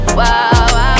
wow